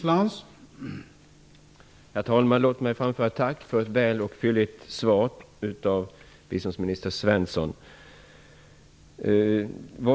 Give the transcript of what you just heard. Herr talman! Låt mig framföra ett tack för ett fylligt svar av biståndsminister Svensson.